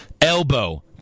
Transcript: Elbow